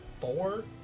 four